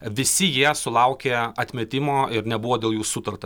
visi jie sulaukė atmetimo ir nebuvo dėl jų sutarta